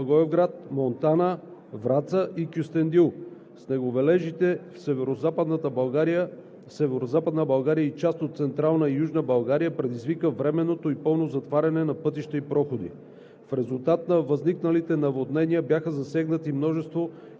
София-област, Перник, Бургас, Смолян, Благоевград, Монтана, Враца и Кюстендил. Снеговалежите в Северозападна България и част от Централна и Южна България предизвика временното и пълно затваряне на пътища и проходи.